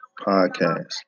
podcast